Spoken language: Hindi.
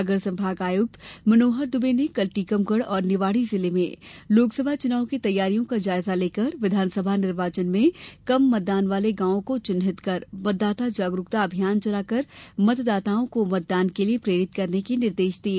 सागर संभाग आयुक्त मनोहर दुवे ने कल टीकमगढ और निवाडी जिले में लोक सभा चुनाव की तैयारियो का जायजा लेकर विधान सभा निर्वाचन मे कम मतदान वाले गांवों को चिन्हित कर मतदाता जागरूकता अभियान चला कर मतदाताओं को मतदान के लिए प्रेरित करने के निर्देश दिये